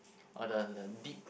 oh the the deep